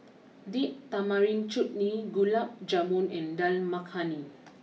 date Tamarind Chutney Gulab Jamun and Dal Makhani